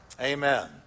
Amen